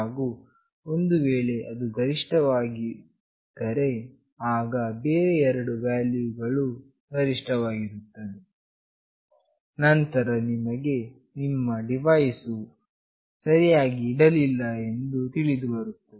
ಹಾಗು ಒಂದು ವೇಳೆ ಅದು ಗರಿಷ್ಠವಾಗದಿದ್ದರೆ ಆಗ ಬೇರೆ ಎರಡು ವ್ಯಾಲ್ಯೂಗಳು ಗರಿಷ್ಠವಾಗಿರುತ್ತದೆ ನಂತರ ನಿಮಗೆ ನಿಮ್ಮ ಡಿವೈಸ್ ವು ಸರಿಯಾಗಿ ಇಡಲಿಲ್ಲ ಎಂಬುದು ತಿಳಿಯುತ್ತದೆ